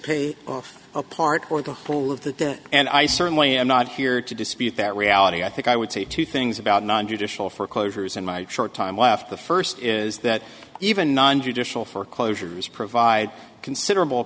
pay off a part or the whole of that and i certainly am not here to dispute that reality i think i would say two things about nontraditional foreclosures in my short time left the first is that even non judicial foreclosures provide considerable